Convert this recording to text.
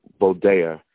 Bodea